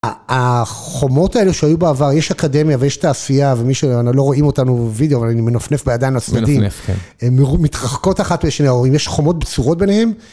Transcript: החומות האלה שהיו בעבר, יש אקדמיה ויש תעשייה ומי שלא רואים אותנו בווידאו, אבל אני מנפנף בידיים לצדדים, הן מתרחקות אחת בין שני הורים, יש חומות בצורות ביניהן.